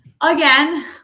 again